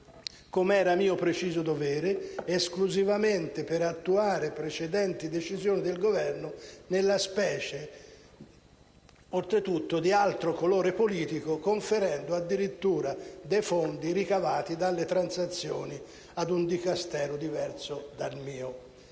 com'era mio preciso dovere, esclusivamente per attuare precedenti decisioni del Governo, nella specie, oltretutto, di altro colore politico, conferendo addirittura dei fondi ricavati dalle transazioni ad un Dicastero diverso dal mio.